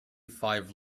five